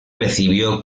recibió